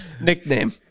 nickname